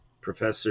Professor